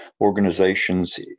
organizations